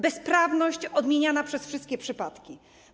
Bezprawność odmieniana przez wszystkie przypadki.